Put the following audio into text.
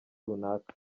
runaka